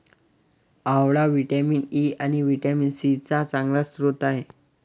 आवळा vitamin E आणि vitamin C चा चांगला स्रोत आहे